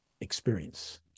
experience